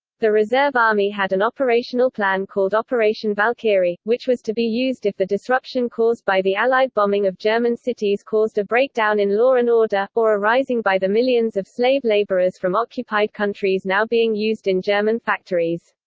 the reserve army had an operational plan called operation valkyrie, which was to be used if the disruption caused by the allied bombing of german cities caused a breakdown in law and order, or a rising by the millions of slave labourers from occupied countries now being used in german factories.